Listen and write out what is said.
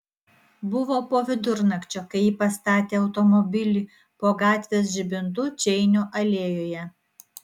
buvo po vidurnakčio kai ji pastatė automobilį po gatvės žibintu čeinio alėjoje